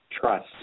trust